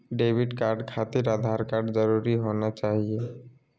Debit card खातिर Aadhaar card जरूरी होना चाहिए?